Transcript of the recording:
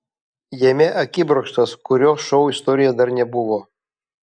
jame akibrokštas kurio šou istorijoje dar nebuvo